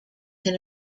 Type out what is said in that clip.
can